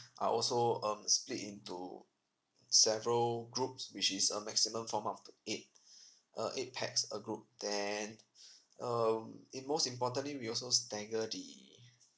are also um split into several groups which is a maximum form up to eight uh eight pax a group then um it most importantly we also stagger the